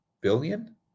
billion